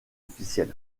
officiel